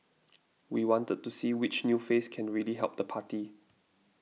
we wanted to see which new face can really help the party